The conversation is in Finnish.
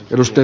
ruste